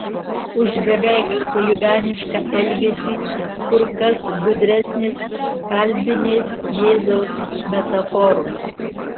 už beveik chuliganišką elgesį kur kas gudresnės kalbinės jėzaus metaforos